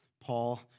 Paul